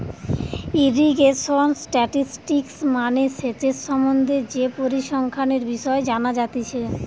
irrigation statistics মানে সেচের সম্বন্ধে যে পরিসংখ্যানের বিষয় জানা যাতিছে